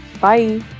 Bye